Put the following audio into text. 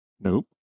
nope